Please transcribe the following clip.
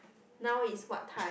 now is what time